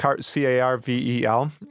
C-A-R-V-E-L